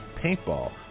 paintball